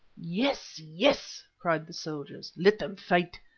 yes! yes! cried the soldiers. let them fight.